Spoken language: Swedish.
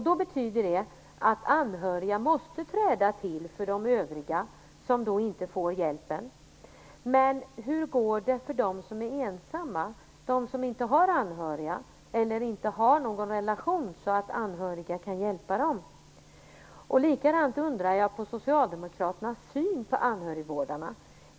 Det betyder att anhöriga måste träda till och hjälpa dem som inte får denna hjälp. Hur går det för dem som är ensamma - de som inte har anhöriga eller inte har den relationen till de anhöriga att de kan få hjälp av dessa? Jag undrar också över Socialdemokraternas syn på anhörigvårdarna.